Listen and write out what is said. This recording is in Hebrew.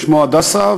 ששמו "הדסה",